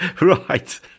Right